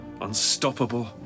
unstoppable